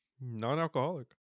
Non-alcoholic